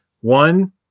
One